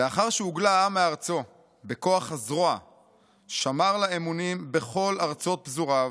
"לאחר שהוגלה העם מארצו בכוח הזרוע שמר לה אמונים בכל ארצות פזוריו,